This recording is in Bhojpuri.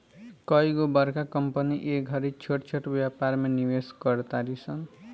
कइगो बड़का कंपनी ए घड़ी छोट छोट व्यापार में निवेश कर तारी सन